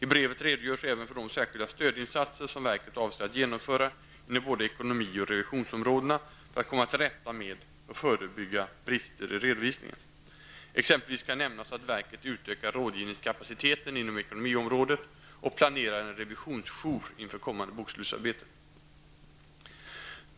I brevet redogörs även för de särskilda stödinsatser som verket avser att genomföra inom både ekonomi och revisionsområdena för att komma till rätta med och förebygga brister i redovisningen. Exempelvis kan nämnas att verket utökar rådgivningskapaciteten inom ekonomiområdet och planerar en revisionsjour inför kommande bokslutsarbete.